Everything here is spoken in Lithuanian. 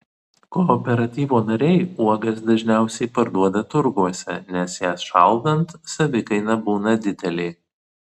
kooperatyvo nariai uogas dažniausiai parduoda turguose nes jas šaldant savikaina būna didelė